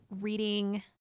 reading